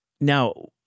Now